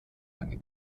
lange